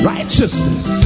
Righteousness